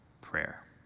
prayer